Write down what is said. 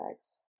tags